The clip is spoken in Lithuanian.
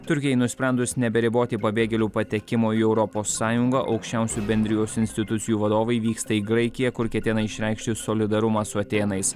turkijai nusprendus neberiboti pabėgėlių patekimo į europos sąjungą aukščiausių bendrijos institucijų vadovai vyksta į graikiją kur ketina išreikšti solidarumą su atėnais